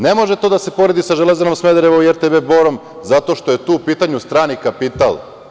Ne može to da se poredi sa „Železarom“ u Smederevu i RTB Borom zato što je tu u pitanju strani kapital.